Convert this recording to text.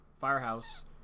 Firehouse